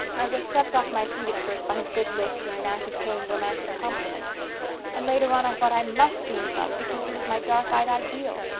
i was swept off my feet at first by his good looks and knack of paying romantic compliments and later on i thought i must be in love because he was my dark-eyed ideal.